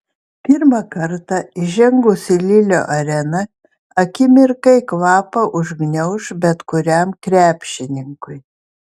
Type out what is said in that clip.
pirmą kartą įžengus į lilio areną akimirkai kvapą užgniauš bet kuriam krepšininkui